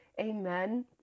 Amen